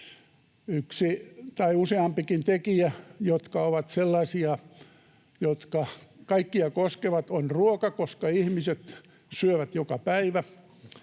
Yksi tai useampikin tekijä, jotka ovat sellaisia, jotka kaikkia koskevat, on ruoka, koska ihmiset syövät joka päivä.